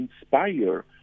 inspire